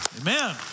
Amen